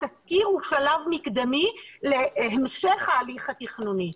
התסקיר הוא שלב מקדמי להמשך ההליך התכנוני.